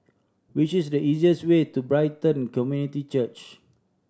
which is the easiest way to Brighton Community Church